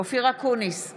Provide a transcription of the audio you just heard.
אופיר אקוניס, בעד